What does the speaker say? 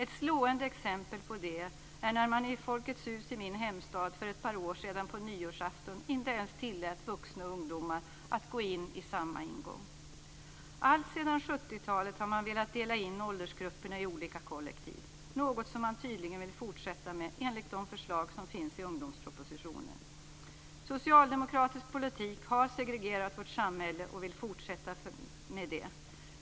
Ett slående exempel på det var när man i Folkets Hus i min hemstad för ett par år sedan på nyårsafton inte ens tillät vuxna och ungdomar att gå in genom samma ingång. Alltsedan 70-talet har man velat dela in åldersgrupperna i olika kollektiv. Det vill man tydligen fortsätta med enligt de förslag som finns i ungdomspropositionen. Socialdemokratisk politik har segregerat vårt samhälle, och man vill fortsätta med det.